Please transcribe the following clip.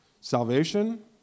Salvation